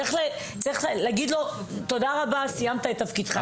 צריך להגיד לו: "תודה רבה, סיימת את תפקידך".